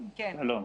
שלום.